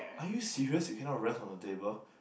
are you serious you cannot rest on the table